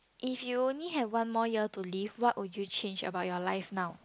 if you only have one more year to live what will you change to your life now